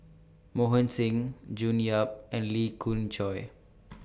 Mohan Singh June Yap and Lee Khoon Choy